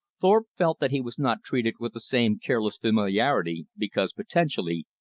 thorpe felt that he was not treated with the same careless familiarity, because, potentially,